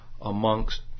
amongst